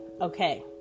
Okay